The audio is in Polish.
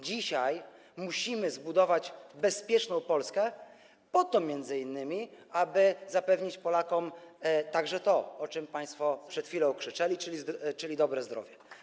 Dzisiaj musimy zbudować bezpieczną Polskę m.in. po to, aby zapewnić Polakom także to, o czym państwo przed chwilą krzyczeli, czyli dobre zdrowie.